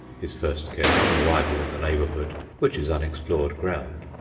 his first care on arrival in the neighbourhood which is unexplored ground,